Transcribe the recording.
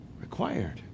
required